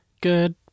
good